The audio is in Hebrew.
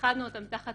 איחדנו אותם תחת